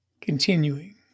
continuing